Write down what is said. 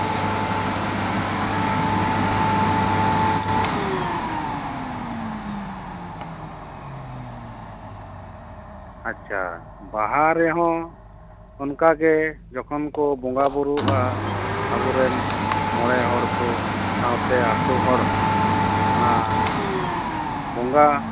ᱟᱪᱪᱷᱟ ᱵᱟᱦᱟ ᱨᱮᱦᱚᱸ ᱚᱱᱠᱟᱜᱮ ᱡᱚᱠᱷᱚᱱ ᱠᱚ ᱵᱚᱸᱜᱟ ᱵᱩᱨᱩᱜᱼᱟ ᱟᱵᱚᱨᱮᱱ ᱢᱚᱬᱮ ᱦᱚᱲ ᱠᱚ ᱥᱟᱶᱛᱮ ᱟᱹᱛᱩ ᱦᱚᱲ ᱚᱱᱟ ᱵᱚᱸᱜᱟ